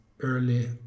early